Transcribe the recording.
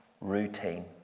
routine